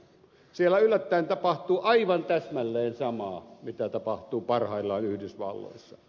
siellä yllättäen tapahtuu aivan täsmälleen samaa mitä tapahtuu parhaillaan yhdysvalloissa